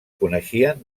coneixien